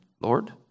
Lord